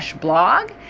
blog